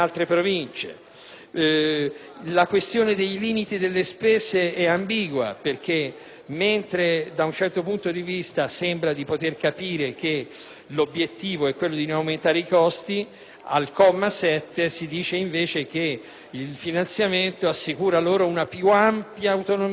La questione dei limiti delle spese, poi, è ambigua, perché, mentre da un certo punto di vista sembra di poter capire che l'obiettivo è quello di non aumentare i costi, al comma 7 dell'emendamento 21.0.100 (testo 2) si dice invece che il finanziamento «assicura loro una più ampia autonomia di entrata».